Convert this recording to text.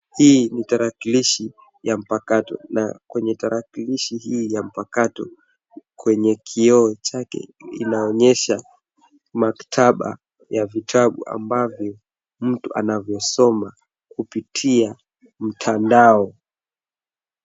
Hii ni tarakilishi ya mpakato na kwenye tarakilishi hii ya mpakato kwenye kioo chake inaonyesha maktaba ya vitabu ambavyo mtu anavisoma kupitia mtandao.